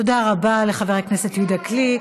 תודה רבה לחבר הכנסת יהודה גליק.